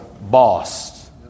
boss